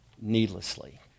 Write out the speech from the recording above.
needlessly